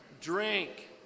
drink